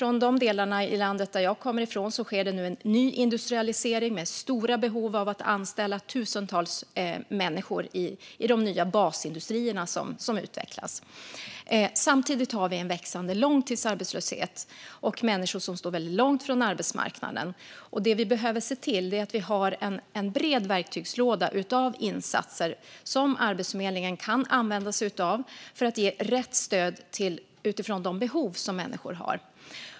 I de delar av landet där jag kommer ifrån sker det nu en nyindustrialisering med stora behov av att anställa tusentals människor i de nya basindustrier som utvecklas. Samtidigt har vi en växande långtidsarbetslöshet och människor som står väldigt långt från arbetsmarknaden. Det vi behöver se till är att vi har en bred verktygslåda av insatser som Arbetsförmedlingen kan använda sig av för att kunna ge rätt stöd utifrån de behov som människor har.